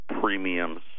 premiums